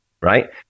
Right